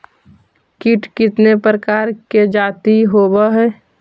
कीट कीतने प्रकार के जाती होबहय?